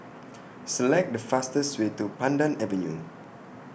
Select The fastest Way to Pandan Avenue